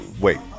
Wait